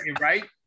right